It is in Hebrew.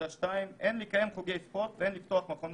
אין לקיים חוגי ספורט ואין לפתוח מכוני